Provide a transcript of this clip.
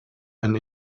and